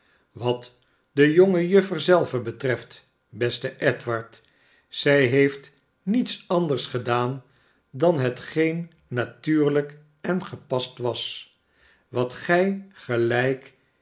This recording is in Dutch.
wat de jonge juffer zelve betreft beste edward zij heeft niets anders gedaan dan hetgeen natuurlijk en gepast was wat gij gelijk